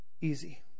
easy